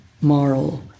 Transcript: moral